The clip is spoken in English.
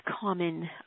common